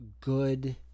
good